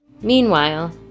Meanwhile